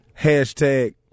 Hashtag